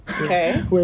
Okay